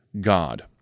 god